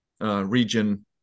region